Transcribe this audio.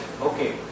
Okay